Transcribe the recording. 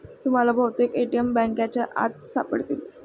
तुम्हाला बहुतेक ए.टी.एम बँकांच्या आत सापडतील